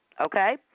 okay